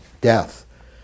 death